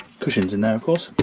cushions in there of course